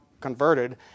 converted